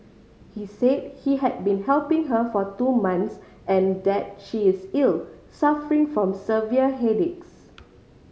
he said he had been helping her for two months and that she is ill suffering from severe headaches